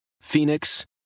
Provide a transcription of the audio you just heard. Phoenix